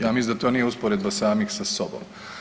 Ja mislim da to nije usporedba samih sa sobom.